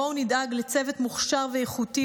בואו נדאג לצוות מוכשר ואיכותי,